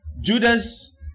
Judas